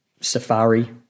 Safari